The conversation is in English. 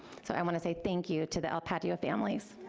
so, i want to say thank you to the el patio families.